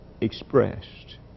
expressed